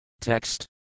Text